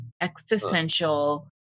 existential